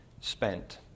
spent